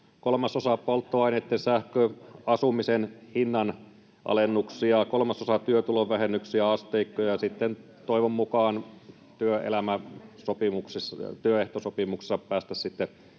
kolmasosa polttoaineitten, sähkön, asumisen hin- nanalennuksia, kolmasosa työtulovähennyksien asteikkoja, ja sitten toivon mukaan työehtosopimuksissa päästäisiin